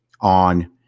on